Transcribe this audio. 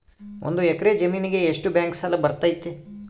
ಒಂದು ಎಕರೆ ಜಮೇನಿಗೆ ಎಷ್ಟು ಬ್ಯಾಂಕ್ ಸಾಲ ಬರ್ತೈತೆ?